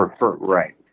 Right